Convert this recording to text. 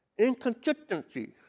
inconsistencies